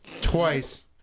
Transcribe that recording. twice